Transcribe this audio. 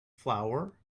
flour